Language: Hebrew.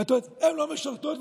אתה שומר על איזושהי היאחזות,